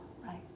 Right